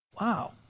Wow